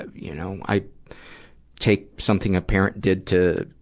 ah you know, i take something a parent did to,